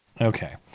okay